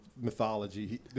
mythology